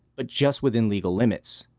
but just within legal limits.